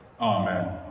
Amen